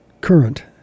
current